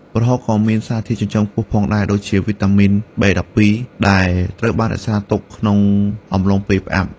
ប្រហុក ក៏មានសារធាតុចិញ្ចឹមខ្ពស់ផងដែរ ដូចជាវីតាមីន B12 ដែលត្រូវបានរក្សាទុកក្នុងអំឡុងពេលផ្អាប់។